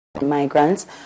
migrants